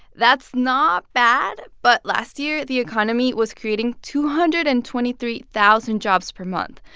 that's not bad. but last year, the economy was creating two hundred and twenty three thousand jobs per month.